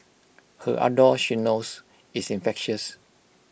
her ardour she knows is infectious